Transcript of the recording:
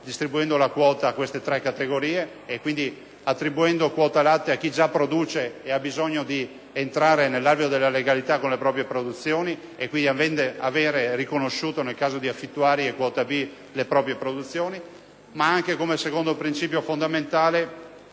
distribuendo la quota a queste tre categorie, quindi attribuendo quote latte a chi già produce e ha bisogno di entrare nell'alveo della legalità con le proprie produzioni, e avendo riconosciuto, nel caso di affittuari e di quota B, le proprie produzioni. Il secondo: nessuna